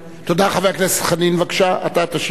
חבר הכנסת חנין, בבקשה, אתה תשיב לכולם.